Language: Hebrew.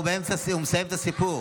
הוא מסיים את הסיפור.